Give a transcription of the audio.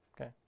Okay